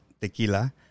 Tequila